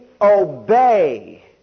obey